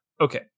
Okay